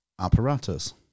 apparatus